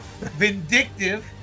vindictive